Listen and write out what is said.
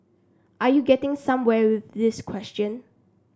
are you getting somewhere with this question